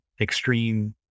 extreme